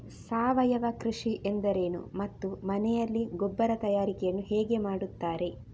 ಸಾವಯವ ಕೃಷಿ ಎಂದರೇನು ಮತ್ತು ಮನೆಯಲ್ಲಿ ಗೊಬ್ಬರ ತಯಾರಿಕೆ ಯನ್ನು ಹೇಗೆ ಮಾಡುತ್ತಾರೆ?